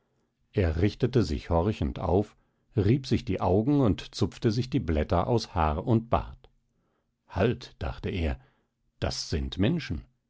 er richtete sich horchend auf rieb sich die augen und zupfte sich die blätter aus haar und bart halt dachte er das sind menschen